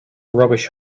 rubbish